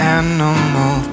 animal